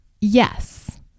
yes